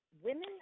women